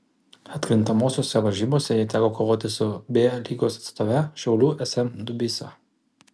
atkrintamosiose varžybose jai teko kovoti su b lygos atstove šiaulių sm dubysa